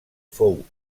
fou